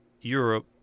Europe